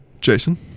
Jason